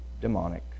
demonic